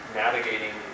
navigating